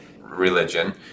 religion